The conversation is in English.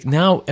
now